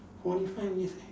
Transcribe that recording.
forty five minutes leh